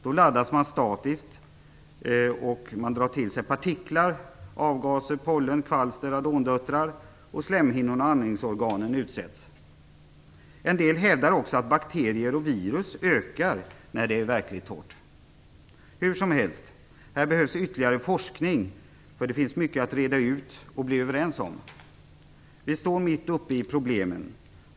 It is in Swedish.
Då laddas man statiskt och drar till sig partiklar, avgaser, pollen, kvalster, radondöttrar, vilket gör att slemhinnorna och andningsorganen blir utsatta. En del hävdar också att bakterier och virus ökar när luften är verkligt torr. Hur som helst behövs det här ytterligare forskning. Det finns mycket att reda ut, och vi är överens om att vi står mitt uppe i problemen.